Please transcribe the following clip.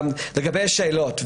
לגבי השאלות,